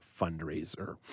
fundraiser